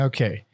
Okay